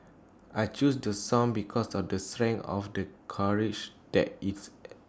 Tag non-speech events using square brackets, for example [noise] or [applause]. I chose to song because of the strength of the courage that it's [noise]